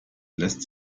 lässt